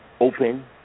open